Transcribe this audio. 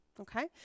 Okay